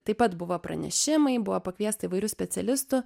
taip pat buvo pranešimai buvo pakviesta įvairių specialistų